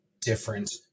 different